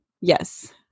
Yes